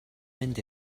mynd